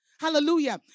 Hallelujah